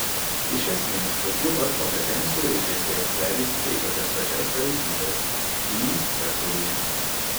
iš esmės tokių pat kompetencijų reikės jei pereisite į tokias pačias pareigybes y sektoriuje